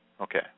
Okay